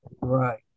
Right